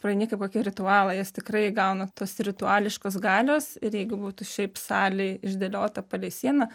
praeini kaip kokį ritualą jis tikrai gauna tos rituališkos galios ir jeigu būtų šiaip salėj išdėliota palei sieną